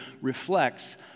reflects